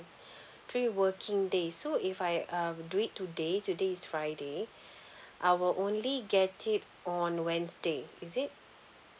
three working days so if I uh do it today today is friday I will only get it on wednesday is it